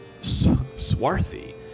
swarthy